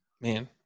man